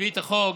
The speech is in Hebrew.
הביא את החוק